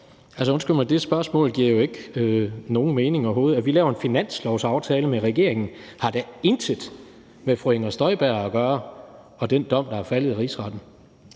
Altså, undskyld mig, men det spørgsmål giver jo ikke nogen mening overhovedet. At vi laver en finanslovsaftale med regeringen, har da intet med fru Inger Støjberg og den dom, der er faldet i Rigsretten,